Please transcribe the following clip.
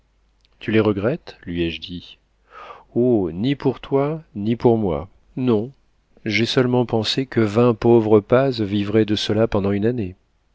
tu les regrettes lui ai-je dit oh ni pour toi ni pour moi non j'ai seulement pensé que vingt pauvres paz vivraient de cela pendant une année